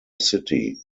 city